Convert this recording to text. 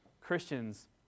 christians